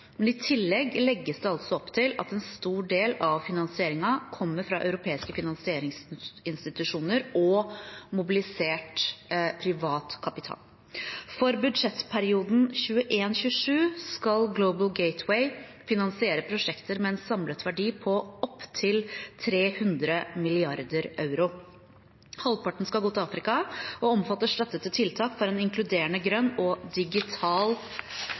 men i tillegg legges det opp til at en stor del av finansieringen kommer fra europeiske finansieringsinstitusjoner og mobilisert privat kapital. For budsjettperioden 2021 til 2027 skal Global Gateway finansiere prosjekter med en samlet verdi på opptil 300 mrd. euro. Halvparten skal gå til Afrika og omfatter støtte til tiltak for en inkluderende grønn og digital